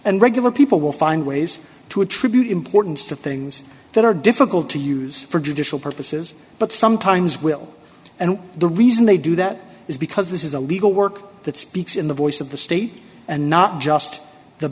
and regular people will find ways to attribute importance to things that are difficult to use for judicial purposes but sometimes will and the reason they do that is because this is a legal work that speaks in the voice of the state and not just the